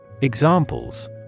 Examples